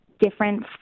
different